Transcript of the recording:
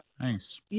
Thanks